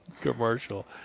Commercial